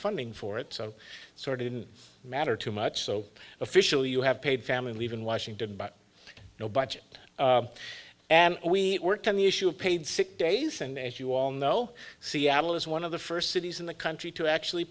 funding for it so sore didn't matter too much so officially you have paid family leave in washington but no budget and we worked on the issue of paid sick days and as you all know seattle is one of the first cities in the country to actually